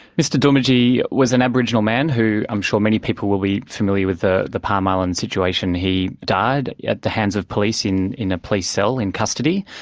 mr doomadgee doomadgee was an aboriginal man who i'm sure many people will be familiar with the the palm island situation he died at the hands of police in in a police cell, in custody,